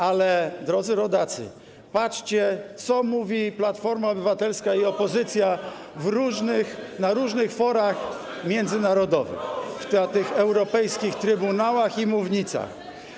Ale, drodzy rodacy, patrzcie na to, co mówi Platforma Obywatelska i opozycja na rożnych forach międzynarodowych, w tych europejskich trybunałach i na mównicach.